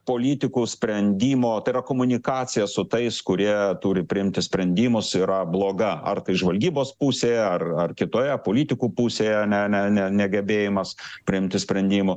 politikų sprendimo tai yra komunikacija su tais kurie turi priimti sprendimus yra bloga ar tai žvalgybos pusėje ar ar kitoje politikų pusėje ne ne ne negebėjimas priimti sprendimų